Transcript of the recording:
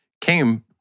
came